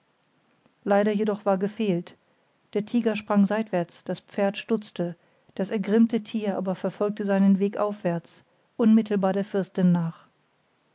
leider jedoch war gefehlt der tiger sprang seitwärts das pferd stutzte das ergrimmte tier aber verfolgte seinen weg aufwärts unmittelbar der fürstin nach